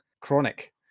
chronic